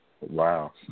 Wow